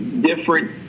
Different